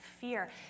fear